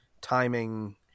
timing